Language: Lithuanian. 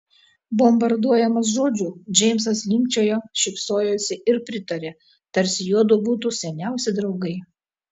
bombarduojamas žodžių džeimsas linkčiojo šypsojosi ir pritarė tarsi juodu būtų seniausi draugai